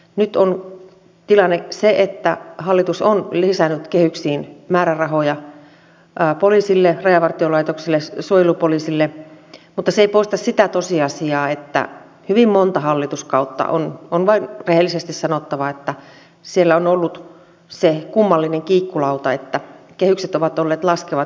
tilanne on nyt se että hallitus on lisännyt kehyksiin määrärahoja poliisille rajavartiolaitokselle ja suojelupoliisille mutta se ei poista sitä tosiasiaa että hyvin monta hallituskautta on vain rehellisesti sanottava siellä on ollut se kummallinen kiikkulauta että kehykset ovat olleet laskevat